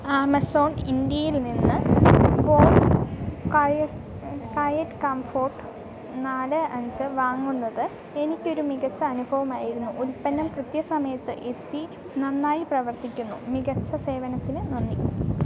Amazon ഇന്ത്യയിൽ നിന്ന് Bose കായസ് കയറ്റ് കംഫോട്ട് നാല് അഞ്ച് വാങ്ങുന്നത് എനിക്കൊരു മികച്ച അനുഭവമായിരുന്നു ഉൽപ്പന്നം കൃത്യസമയത്ത് എത്തി നന്നായി പ്രവർത്തിക്കുന്നു മികച്ച സേവനത്തിനു നന്ദി